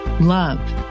love